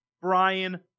Brian